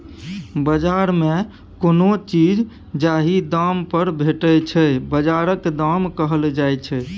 बजार मे कोनो चीज जाहि दाम पर भेटै छै बजारक दाम कहल जाइ छै